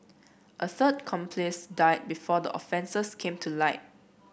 a third accomplice died before the offences came to light